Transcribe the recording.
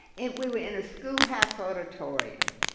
and we were in a schoolhouse auditorium.